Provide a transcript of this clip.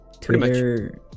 Twitter